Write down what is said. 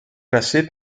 classé